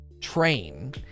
Train